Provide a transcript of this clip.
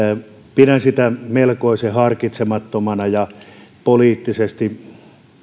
pidän sitä melkoisen harkitsemattomana ja poliittisesti